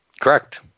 Correct